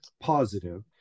positive